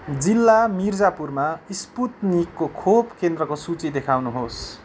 जिल्ला मिर्जापुरमा स्पुत्निकको खोप केन्द्रको सूची देखाउनुहोस्